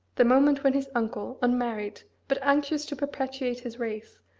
the moment when his uncle, unmarried, but anxious to perpetuate his race,